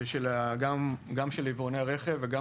גם של יבואני הרכב וגם